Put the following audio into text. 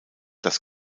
dass